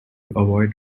avoid